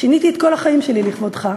שיניתי את כל החיים שלי לכבודך.